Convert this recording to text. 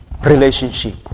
relationship